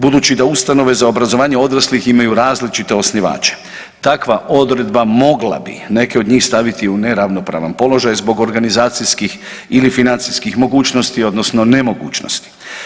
Budući da ustanove za obrazovanje odraslih imaju različite osnivače, takva odredba mogla bi neke od njih staviti u neravnopravan položaj zbog organizacijskih ili financijskih mogućnosti odnosno nemogućnosti.